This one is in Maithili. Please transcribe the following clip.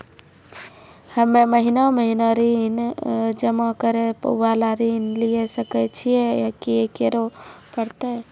हम्मे महीना महीना ऋण जमा करे वाला ऋण लिये सकय छियै, की करे परतै?